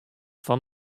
fan